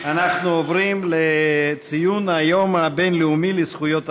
אנחנו עוברים לציון היום הבין-לאומי לזכויות הילד,